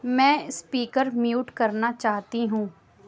میں speaker mute کرنا چاہتی ہوں